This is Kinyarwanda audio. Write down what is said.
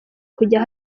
kujya